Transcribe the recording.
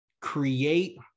create